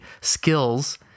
skills –